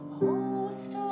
host